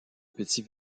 petits